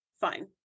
Fine